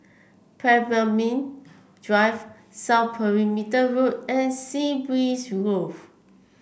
Pemimpin Drive South Perimeter Road and Sea Breeze Grove